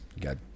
got